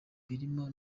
birimo